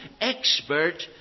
expert